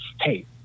hey